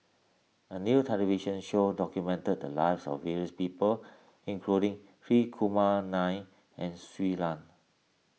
a new television show documented the lives of various people including Hri Kumar Nair and Shui Lan